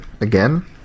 again